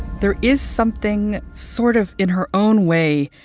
there is something sort of in her own way,